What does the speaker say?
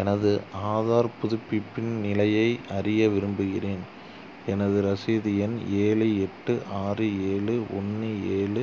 எனது ஆதார் புதுப்பிப்பின் நிலையை அறிய விரும்புகிறேன் எனது ரசீது எண் ஏழு எட்டு ஆறு ஏழு ஒன்று ஏழு